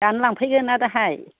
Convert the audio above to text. दानो लांफैगोन ना दाहायो